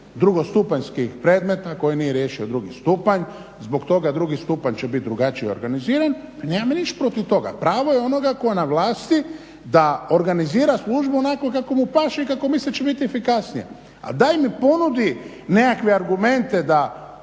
drugostupanjskih predmeta koji nije riješio drugi stupanj, zbog toga drugi stupanj će biti drugačije organiziran i nemam ja ništa protiv toga. Pravo je onoga koji je na vlasti da organizira službu kako mu paše i kako misli da će biti efikasnije, a daj mi ponudi nekakve argumente da